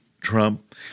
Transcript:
Trump